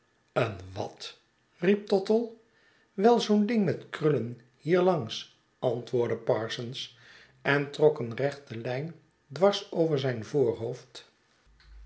een wat riep tottle wei zoo'n ding met krullen hier langs antwoordde parsons en trok een rechte lijn dwars over zijn voorhoofd